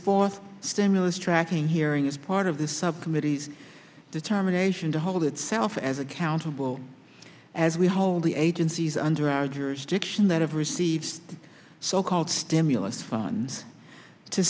fourth stimulus tracking here as part of the subcommittees determination to hold itself as accountable as we hold the agencies under our jurisdiction that have received so called stimulus funds to